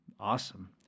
Awesome